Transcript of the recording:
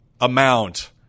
amount